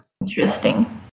Interesting